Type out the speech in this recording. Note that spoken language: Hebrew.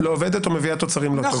--- לא עובדת או מביאה תוצרים לא טובים.